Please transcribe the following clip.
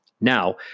Now